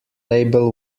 label